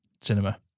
cinema